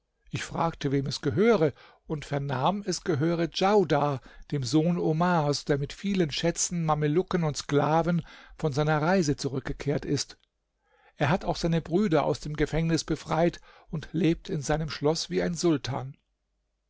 ich fragte wem es gehöre und vernahm es gehöre djaudar dem sohn omars der mit vielen schätzen mamelucken und sklaven von seiner reise zurückgekehrt ist er hat auch seine brüder aus dem gefängnis befreit und lebt in seinem schloß wie ein sultan